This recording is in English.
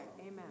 Amen